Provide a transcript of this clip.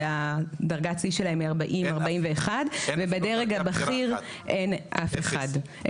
שדרגת השיא שלהם יא 40-41 ובדרג הבכיר אין אף אחד.